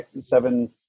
seven